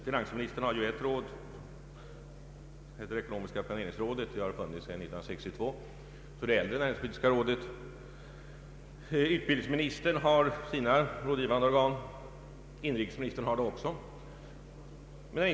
Finansministern har ett organ — det heter ekonomiska planeringsrådet och har funnits sedan 1962, så det är äldre än näringspolitiska rådet — och vidare har utbildningsministern sina rådgivande organ liksom inrikesministern har sina.